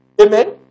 Amen